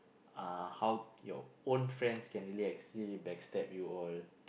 uh how your own friends can really actually backstab you all